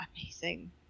amazing